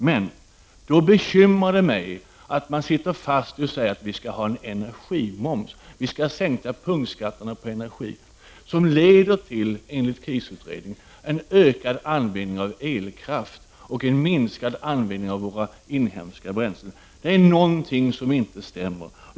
Men då bekymrar det mig att man sitter fast i detta med att vi skall ha energimoms. Vi skall sänka punktskatterna på energin. Men det leder, enligt krisutredningen, till en ökad användning av elkraft och en minskad användning av våra inhemska bränslen. Det är någonting som inte stämmer.